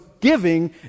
giving